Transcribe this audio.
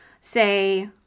say